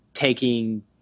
taking